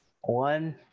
one